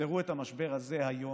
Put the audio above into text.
תפתרו את המשבר הזה היום.